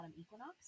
equinox